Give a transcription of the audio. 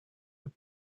have